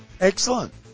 Excellent